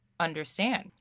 Understand